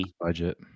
budget